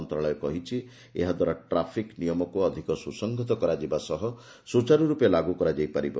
ମନ୍ତ୍ରଣାଳୟ କହିଛି ଏହାଦ୍ୱାରା ଟ୍ରାଫିକ୍ ନିୟମକୁ ଅଧିକ ସୁସଂହତ କରାଯିବ ସହ ସୂଚାରୁରୂପେ ଲାଗୁ କରାଯାଇ ପାରିବ